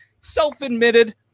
self-admitted